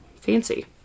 Fancy